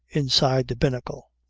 inside the binnacle.